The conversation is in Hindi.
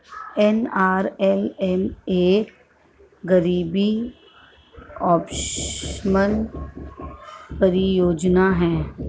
एन.आर.एल.एम एक गरीबी उपशमन परियोजना है